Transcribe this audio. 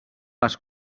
les